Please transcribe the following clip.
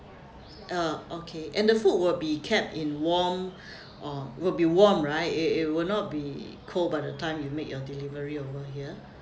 uh okay and the food will be kept in warm or will be warm right it it will not be cold by the time you make your delivery over here